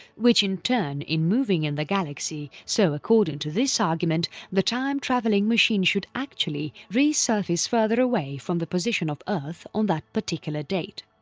which in turn in moving in the galaxy so according to this argument the time travelling machine should actually resurface further away from the position of earth on that particular date.